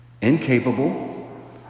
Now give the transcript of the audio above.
incapable